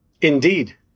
Indeed